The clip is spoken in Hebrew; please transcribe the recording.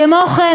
כמו כן,